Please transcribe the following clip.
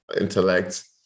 intellect